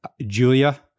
Julia